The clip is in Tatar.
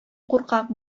куркак